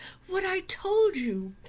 what i told you.